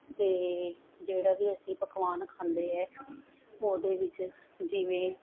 ਅਤੇ ਜਿਹੜਾ ਵੀ ਅਸੀਂ ਪਕਵਾਨ ਖਾਂਦੇ ਹੈ ਉਹਦੇ ਵਿੱਚ ਜਿਵੇਂ